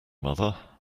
mother